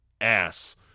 ass